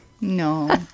No